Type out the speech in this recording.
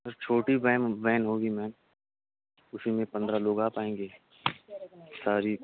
چھوٹی van van ہوگی ma'am اسی میں پندرہ لوگ آ پائیں گے ساری